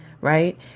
right